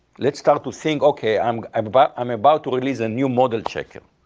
let's start to think, okay, i'm um about i'm about to release a new model checking.